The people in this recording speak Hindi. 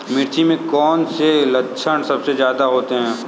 मिर्च में कौन से लक्षण सबसे ज्यादा होते हैं?